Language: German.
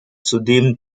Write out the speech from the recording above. zudem